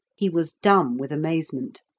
he was dumb with amazement,